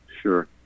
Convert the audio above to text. Sure